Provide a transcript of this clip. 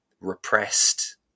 repressed